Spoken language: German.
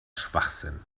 schwachsinn